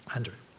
Andrew